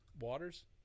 Waters